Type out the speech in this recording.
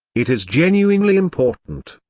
it is genuinely important.